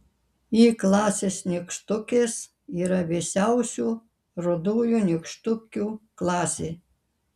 y klasės nykštukės yra vėsiausių rudųjų nykštukių klasė